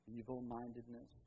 evil-mindedness